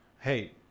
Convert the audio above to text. hey